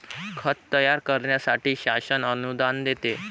खत तयार करण्यासाठी शासन अनुदान देते